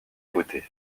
beauté